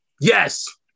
Yes